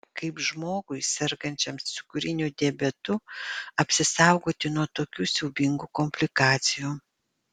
kaip žmogui sergančiam cukriniu diabetu apsisaugoti nuo tokių siaubingų komplikacijų